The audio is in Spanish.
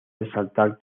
resaltar